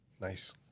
Nice